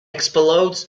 explodes